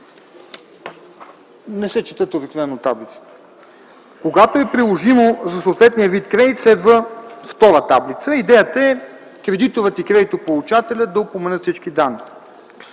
които обикновено не четем. „Когато е приложимо за съответния вид кредит:” Следва втора таблица. Идеята е кредиторът и кредитополучателят да упоменат всички данни.